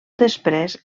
després